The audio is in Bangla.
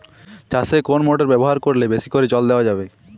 চাষে কোন মোটর ব্যবহার করলে বেশী করে জল দেওয়া যাবে?